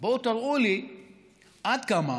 בואו תראו לי עד כמה